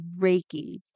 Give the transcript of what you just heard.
Reiki